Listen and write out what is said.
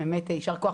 קודם כל יישר כוח,